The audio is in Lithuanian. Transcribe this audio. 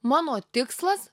mano tikslas